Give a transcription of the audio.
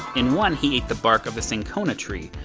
in one, he ate the bark of the cinchona tree,